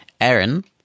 Aaron